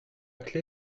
clé